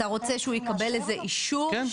אתה רוצה שהוא יקבל איזה אישור?